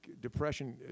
depression